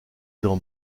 d’en